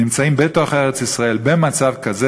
נמצאים בתוך ארץ-ישראל במצב כזה,